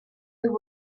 there